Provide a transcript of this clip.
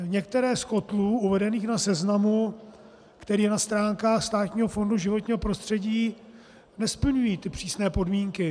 Některé z kotlů uvedených na seznamu, který je na stránkách Státního fondu životního prostředí, nesplňují ty přísné podmínky.